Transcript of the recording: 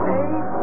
eight